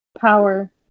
power